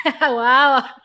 wow